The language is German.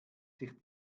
sich